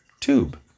Tube